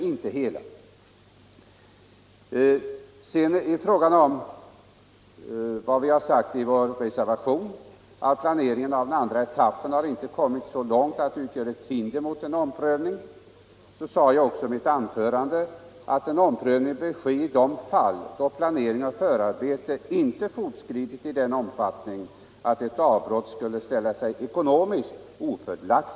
Vi har sagt i vår reservation att planeringen av andra etappen inte har kommit så långt att den utgör ett hinder för en omprövning, och jag har sagt här i debatten att en omprövning bör ske i de fall då planering och förarbete inte fortskridit i den omfattningen att ett avbrott skulle ställa sig ekonomiskt ofördelaktigt.